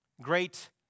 Great